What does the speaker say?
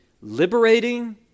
liberating